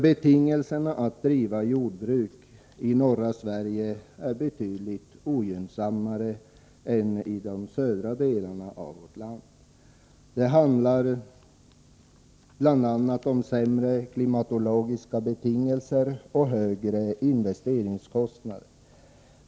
Betingelserna att driva jordbruk i norra Sverige är betydligt ogynnsammare än i de södra delarna av vårt land. Det handlar bl.a. om sämre klimatologiska betingelser och högre investeringskostnader.